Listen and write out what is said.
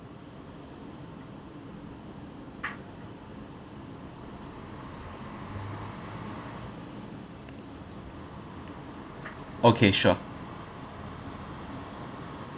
okay sure